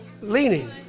leaning